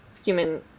human